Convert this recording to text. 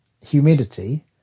humidity